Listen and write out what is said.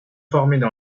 formaient